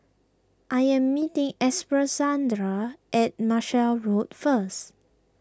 I am meeting at Marshall Road first